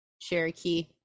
Cherokee